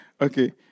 Okay